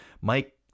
Mike